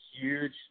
huge